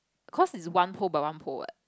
cause is one pole by one pole what